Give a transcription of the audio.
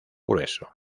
grueso